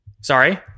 Sorry